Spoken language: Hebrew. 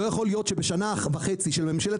לא יכול להיות שבשנה וחצי של ממשלת